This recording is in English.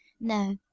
no